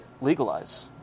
legalize